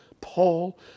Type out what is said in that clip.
Paul